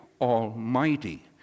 Almighty